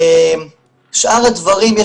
שאר הדברים,